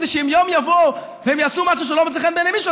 כדי שאם יום יבוא והם יעשו משהו שלא מוצא חן בעיני מישהו,